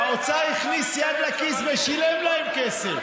האוצר הכניס יד לכיס ושילם להן כסף.